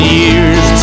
years